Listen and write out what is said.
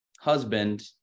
husband